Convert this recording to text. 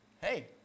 Hey